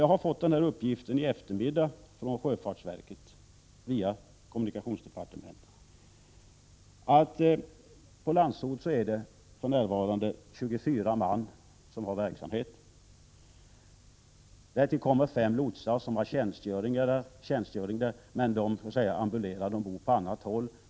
Jag har fått uppgiften i eftermiddag från sjöfartsverket via kommunikationsdepartementet att 24 personer för närvarande har verksamhet på Landsort. Därtill kommer fem lotsar som har tjänstgöring där men som så att säga ambulerar — de bor på annat håll.